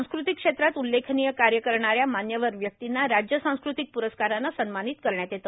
सांस्कृतिक क्षेत्रात उल्लेखनीय कार्य करणाऱ्या मान्यवर व्यक्तींना राज्य सांस्कृतिक प्रस्कारानं सन्मानित करण्यात येते